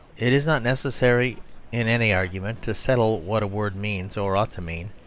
it is not necessary in any argument to settle what a word means or ought to mean.